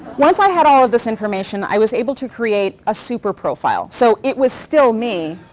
once i had all of this information, i was able to create a super profile, so it was still me,